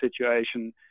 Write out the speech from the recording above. situation